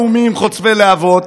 אבל אלה לא יהיו נאומים לניגוח השר.